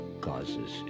causes